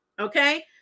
Okay